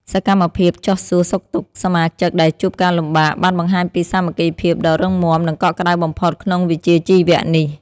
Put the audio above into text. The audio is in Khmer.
សកម្មភាពចុះសួរសុខទុក្ខសមាជិកដែលជួបការលំបាកបានបង្ហាញពីសាមគ្គីភាពដ៏រឹងមាំ និងកក់ក្ដៅបំផុតក្នុងវិជ្ជាជីវៈនេះ។